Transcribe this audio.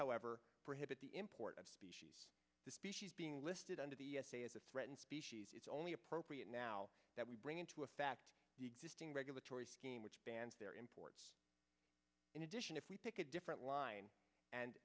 however prohibit the import of species the species being listed under the a as a threatened species is only appropriate now that we bring into a fact existing regulatory scheme which bans their imports in addition if we pick a different line